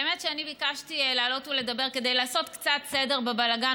האמת היא שאני ביקשתי לעלות ולדבר כדי לעשות קצת סדר בבלגן,